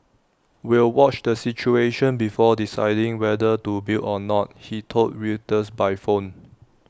we'll watch the situation before deciding whether to build or not he told Reuters by phone